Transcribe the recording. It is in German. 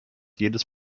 jedes